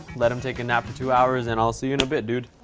let him take a nap for two hours, and i'll see you in a bit dude.